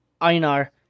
Einar